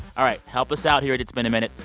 all right. help us out here at it's been a minute.